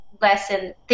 lesson